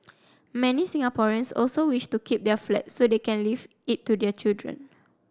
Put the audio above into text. many Singaporeans also wish to keep their flat so they can leave it to their children